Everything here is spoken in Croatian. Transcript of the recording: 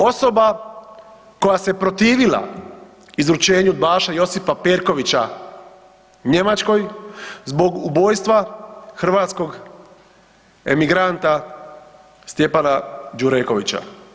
Osoba koja se protivila izručenju udbaša Josipa Perkovića Njemačkoj zbog ubojstva hrvatskog emigranta Stjepana Đurekovića.